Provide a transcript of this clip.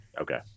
Okay